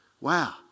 Wow